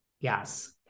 Yes